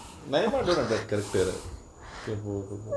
name one don't that character right kaypoh